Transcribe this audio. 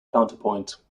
counterpoint